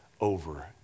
over